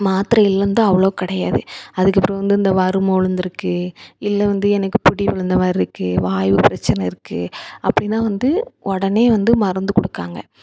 மாத்திரைகள் வந்து அவ்வளோ கிடையாது அதுக்குப்பிறகு வந்து இந்த வரும உலுந்திருக்குது இல்லை வந்து எனக்கு பிடி விலுந்தமாதிரி இருக்குது வாய்வு பிரச்சனை இருக்குது அப்படின்னா வந்து உடனே வந்து மருந்து கொடுக்காங்க